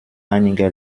einiger